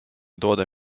toode